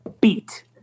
beat